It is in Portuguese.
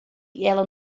ela